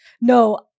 No